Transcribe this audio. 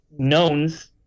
knowns